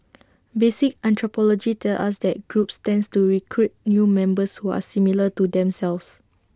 basic anthropology tells us that groups tends to recruit new members who are similar to themselves